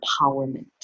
empowerment